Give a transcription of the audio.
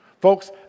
Folks